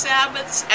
Sabbaths